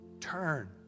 Turn